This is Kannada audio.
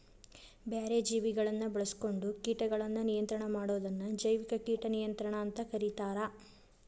ಬ್ಯಾರೆ ಜೇವಿಗಳನ್ನ ಬಾಳ್ಸ್ಕೊಂಡು ಕೇಟಗಳನ್ನ ನಿಯಂತ್ರಣ ಮಾಡೋದನ್ನ ಜೈವಿಕ ಕೇಟ ನಿಯಂತ್ರಣ ಅಂತ ಕರೇತಾರ